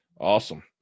Awesome